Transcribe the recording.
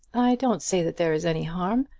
i don't say that there is any harm,